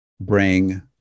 bring